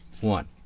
one